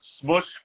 Smush